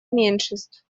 меньшинств